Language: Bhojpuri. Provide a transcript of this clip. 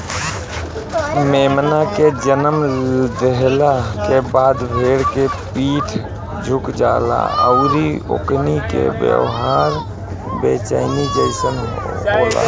मेमना के जनम देहला के बाद भेड़ के पीठ झुक जाला अउरी ओकनी के व्यवहार बेचैनी जइसन होला